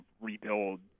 rebuild